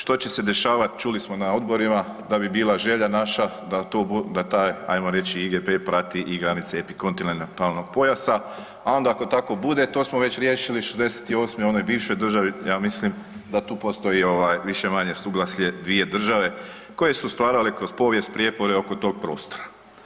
Što će se dešavati, čuli smo na odborima da bi bila želja naša da taj ajmo reći IGP prati i granice epikontinentalnog pojasa, a onda ako tako bude to smo već riješili '68. u onoj bivšoj državi i ja mislim da tu postoji više-manje suglasje dvije države koje su stvarale kroz povijest prijepore oko tog prostora.